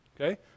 Okay